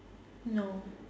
no